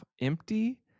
empty